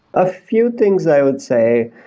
a few things i would say.